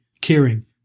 caring